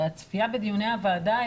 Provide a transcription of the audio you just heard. הרי הצפייה בדיוני הוועדה,